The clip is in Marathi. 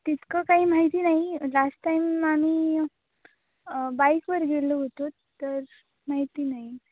तितकं काही माहिती नाही लास्ट टाईम आम्ही बाईकवर गेलो होतो तर माहिती नाही